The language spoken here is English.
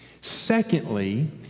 Secondly